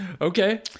okay